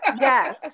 yes